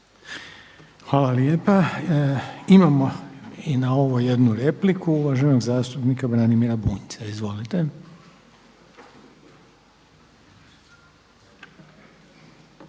Hvala lijepa. Imamo i na ovo jednu repliku. Uvažanog zastupnika Branimira Bunjca. Izvolite.